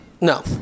No